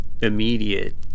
immediate